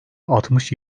altmış